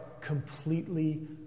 completely